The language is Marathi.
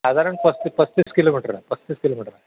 साधारण पस्तीस पस्तीस किलोमीटर पस्तीस किलोमीटर